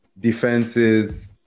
defenses